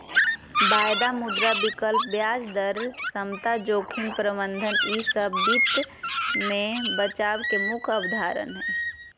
वायदा, मुद्रा विकल्प, ब्याज दर समता, जोखिम प्रबंधन ई सब वित्त मे बचाव के मुख्य अवधारणा हय